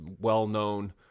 well-known